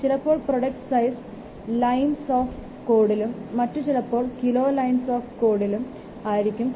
ചിലപ്പോൾ product size lines of കോഡിലും മറ്റു ചിലപ്പോൾ കിലോ ലൈൻസ് ഓഫ് കോഡ് ലുംആയിരിക്കും തരിക